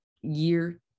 year